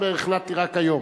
הוא אומר: החלטתי רק היום.